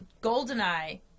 Goldeneye